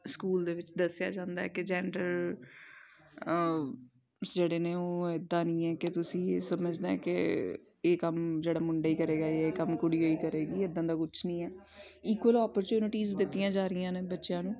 school ਦੇ ਵਿੱਚ ਦੱਸਿਆ ਜਾਂਦਾ ਕਿ ਜੈਂਡਰ ਜਿਹੜੇ ਨੇ ਉਹ ਇੱਦਾਂ ਨਹੀਂ ਹੈ ਕਿ ਤੁਸੀਂ ਇਹ ਸਮਝਣਾ ਕਿ ਇਹ ਕੰਮ ਜਿਹੜਾ ਮੁੰਡਾ ਹੀ ਕਰੇਗਾ ਇਹ ਕੰਮ ਕੁੜੀ ਓਹ ਹੀ ਕਰੇਗੀ ਇੱਦਾਂ ਦਾ ਕੁਛ ਨਹੀਂ ਹੈ ਇਕੁਅਲ ਓਪੋਰਚੁਨਿਟੀਜ ਦਿੱਤੀਆਂ ਜਾ ਰਹੀਆਂ ਨੇ ਬੱਚਿਆਂ ਨੂੰ